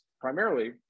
Primarily